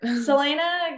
Selena